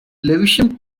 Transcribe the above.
lewisham